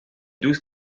douze